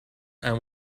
and